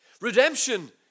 Redemption